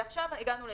ועכשיו הגענו ל-2020.